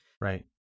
Right